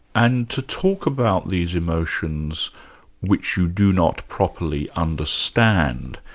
and to talk about these emotions which you do not properly understand,